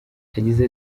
yagize